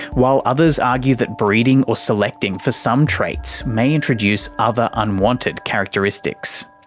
while others argue that breeding or selecting for some traits may introduce other unwanted characteristics.